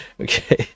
Okay